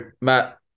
Matt